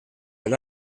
del